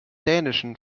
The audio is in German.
dänischen